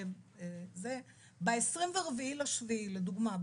ב-24.7 לדוגמה,